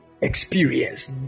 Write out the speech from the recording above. experience